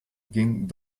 ging